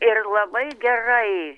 ir labai gerai